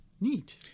Neat